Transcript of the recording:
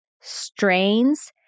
strains